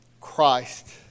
Christ